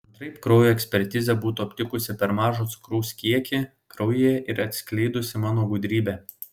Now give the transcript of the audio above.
antraip kraujo ekspertizė būtų aptikusi per mažą cukraus kiekį kraujyje ir atskleidusi mano gudrybę